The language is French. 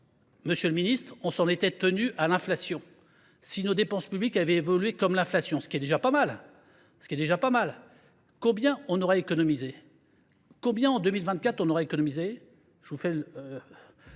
monsieur le ministre, on s'en était tenu à l'inflation, si nos dépenses publiques avaient évolué comme l'inflation, ce qui est déjà pas mal. Ce qui est déjà pas mal. Combien on aurait économisé ? Combien en 2024 on aurait économisé ?